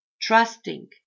Trusting